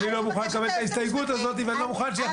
ההסתייגות הבאה.